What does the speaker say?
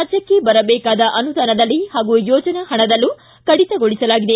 ರಾಜ್ಯಕ್ಕೆ ಬರಬೇಕಾದ ಅನುದಾನದಲ್ಲಿ ಹಾಗೂ ಯೋಜನಾ ಹಣದಲ್ಲೂ ಕಡಿತಗೊಳಿಸಲಾಗಿದೆ